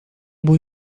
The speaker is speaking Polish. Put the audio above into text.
bój